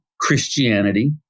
Christianity